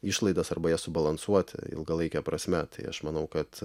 išlaidas arba jas subalansuoti ilgalaike prasme tai aš manau kad